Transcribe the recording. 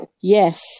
Yes